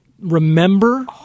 remember